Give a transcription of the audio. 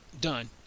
done